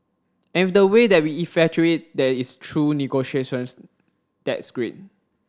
and the way that we effectuate that is through negotiations that's great